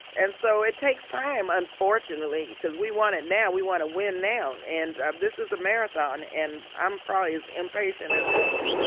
and so it takes time unfortunately, because we want it now. we want to win now and this is a marathon and i'm probably as impatient as most.